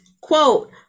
quote